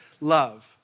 love